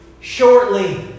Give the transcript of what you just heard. shortly